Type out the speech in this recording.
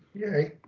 yay.